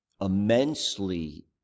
immensely